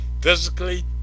physically